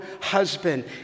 husband